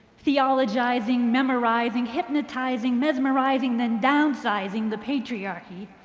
the ah logizing, memorizing, hypnotizing, mesmerizing, then downsizing the patriarchy